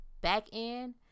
back-end